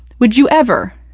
would you ever?